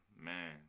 Man